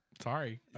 sorry